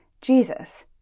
Jesus